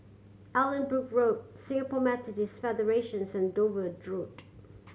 Allanbrooke Road Singapore Federations and Dover Road